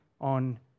on